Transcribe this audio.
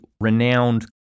renowned